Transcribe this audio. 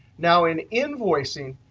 now in invoicing,